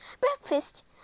Breakfast